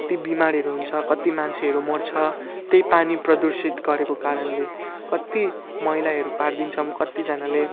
कत्ति बिमारहरू हुन्छ कत्ति मान्छेहरू मर्छ त्यही पानी प्रदूषित गरेको कारणले कत्ति मैलाहरू पारिदिन्छौँ कत्तिजनाले